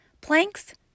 Planks